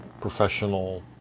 professional